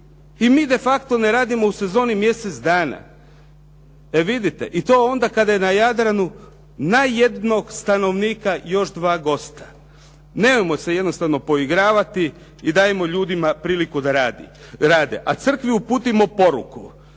i mi de facto ne radimo u sezoni mjesec dana. E vidite i to onda kada je na Jadranu na jednog stanovnika još dva gosta. Nemojmo se jednostavno poigravati i dajmo ljude priliku da rade. A crkvi uputimo poruku,